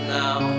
now